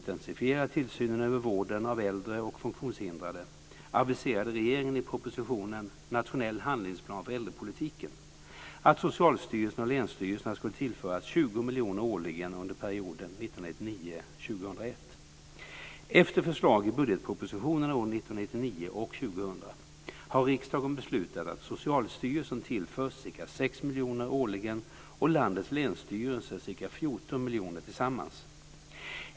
2000 har riksdagen beslutat att Socialstyrelsen tillförs ca 6 miljoner årligen och landets länsstyrelser ca 14 miljoner tillsammans.